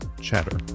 Chatter